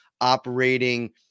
operating